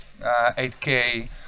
8K